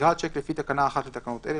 נגרע שיק לפי תקנה 1 לתקנות אלה,